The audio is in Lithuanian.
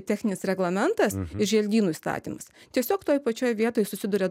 techninis reglamentas ir želdynų įstatymas tiesiog toj pačioj vietoj susiduria